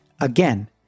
Again